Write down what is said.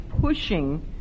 pushing